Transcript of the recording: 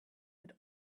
had